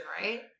right